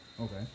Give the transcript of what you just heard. Okay